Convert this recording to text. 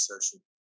session